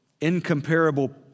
incomparable